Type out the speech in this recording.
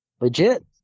Legit